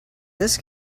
this